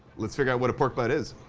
let's figure out what a pork butt is